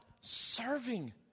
serving